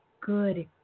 good